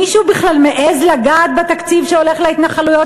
מישהו בכלל מעז לגעת בתקציב שהולך להתנחלויות,